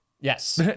Yes